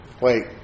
Wait